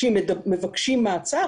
מבקשים מעצר,